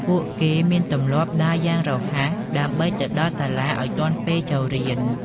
ពួកគេមានទម្លាប់ដើរយ៉ាងរហ័សដើម្បីទៅដល់សាលាឱ្យទាន់ពេលចូលរៀន។